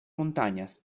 montañas